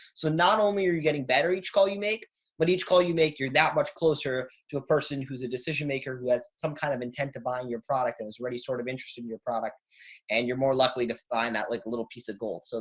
so not only are you getting better, each call, you make what each call you make, you're that much closer to a person who's a decision maker, who has some kind of intent to buy your product and is already sort of interested in your product and you're more likely to find that like little piece of gold. so